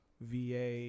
VA